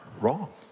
wrong